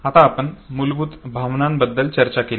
आता आपण मुलभूत भावनांबद्दल चर्चा केली